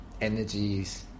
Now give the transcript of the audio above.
energies